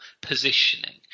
positioning